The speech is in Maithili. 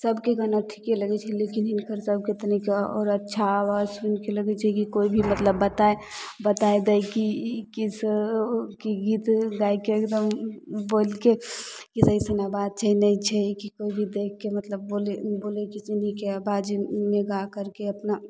सभके गाना ठिके लगै छै लेकिन हिनकर सभके तनिक आओर अच्छा आवाज सुनिके लागै छै कि कोइ भी मतलब बतै बतै दै कि कि गीत गाबिके एकदम बोलिके कि कइसन आवाज छै नहि छै कि कोइ भी देखिके मतलब बोलै कि से नीके आवाजमे गाबि करिके अपना